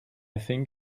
think